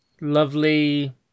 Lovely